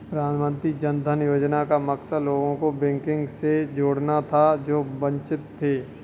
प्रधानमंत्री जन धन योजना का मकसद लोगों को बैंकिंग से जोड़ना था जो वंचित थे